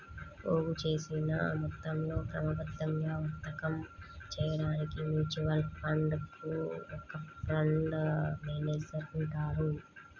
పోగుచేసిన మొత్తంతో క్రమబద్ధంగా వర్తకం చేయడానికి మ్యూచువల్ ఫండ్ కు ఒక ఫండ్ మేనేజర్ ఉంటారు